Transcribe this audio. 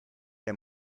der